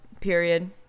period